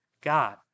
God